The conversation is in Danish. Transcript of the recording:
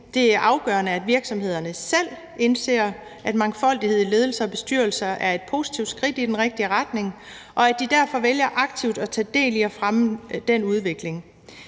det er afgørende, at virksomhederne selv indser, at mangfoldighed i ledelser og bestyrelser er et positivt skridt i den rigtige retning, og at de derfor vælger aktivt at tage del i at fremme den udvikling.